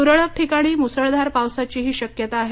तुरळक ठिकाणी मुसळधार पावसाचीही शक्यता आहे